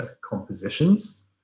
compositions